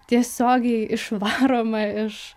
tiesiogiai išvaroma iš